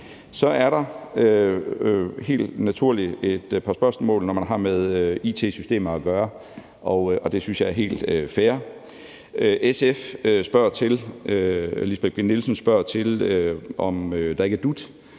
Så er der helt naturligt et par spørgsmål, når man har med it-systemer at gøre, og det synes jeg er helt fair. SF's Lisbeth Bech-Nielsen spørger til, om der ikke er tale